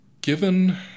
Given